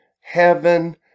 heaven